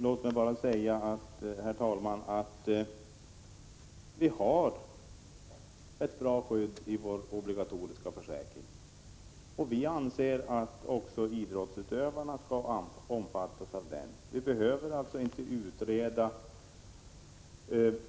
Herr talman! Låt mig-bara säga att vi har ett bra skydd i vår obligatoriska försäkring. Vi anser att också idrottsutövarna skall omfattas av den. Vi behöver alltså inte utreda